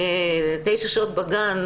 תשע שעות בגן,